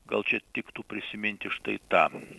gal čia tiktų prisiminti štai tą